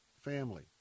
family